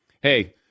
hey